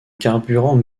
carburants